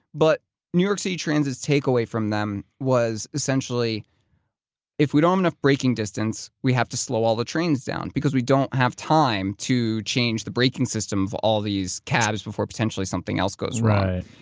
but new york city transit's takeaway from them was essentially if we don't have enough braking distance, we have to slow all the trains down because we don't have time to change the braking systems of all these cabs before potentially something else goes wrong.